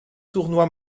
tournois